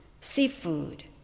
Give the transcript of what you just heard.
seafood